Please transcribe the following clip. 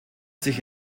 sich